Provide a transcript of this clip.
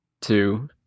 two